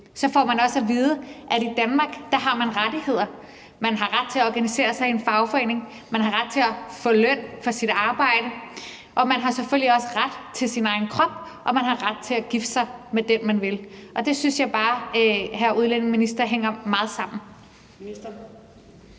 så også får at vide, at i Danmark har man rettigheder – man har ret til at organisere sig i en fagforening, man har ret til at få løn for sit arbejde, og man har selvfølgelig også ret til sin egen krop, og man har ret til at gifte sig med den, man vil. Og det synes jeg bare, hr. udlændingeminister, hænger meget sammen.